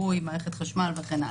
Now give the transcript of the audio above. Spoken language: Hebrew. ובתחנות מסוימות לעשות את הצרכים שלהם.